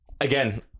Again